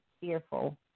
fearful